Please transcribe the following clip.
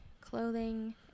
clothing